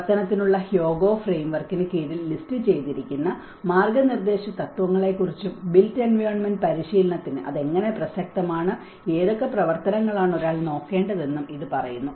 പ്രവർത്തനത്തിനുള്ള Hyogo ഫ്രെയിംവർക്കിന് കീഴിൽ ലിസ്റ്റുചെയ്തിരിക്കുന്ന മാർഗനിർദേശ തത്വങ്ങളെക്കുറിച്ചും ബിൽറ്റ് എൻവയോൺമെന്റ് പരിശീലനത്തിന് അത് എങ്ങനെ പ്രസക്തമാണ് ഏതൊക്കെ പ്രവർത്തനങ്ങളാണ് ഒരാൾ നോക്കേണ്ടതെന്നും ഇത് പറയുന്നു